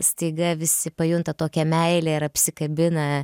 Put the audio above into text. staiga visi pajunta tokią meilę ir apsikabina